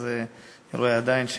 אז אני רואה עדיין,